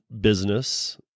business